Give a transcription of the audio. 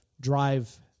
drive